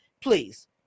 please